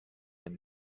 and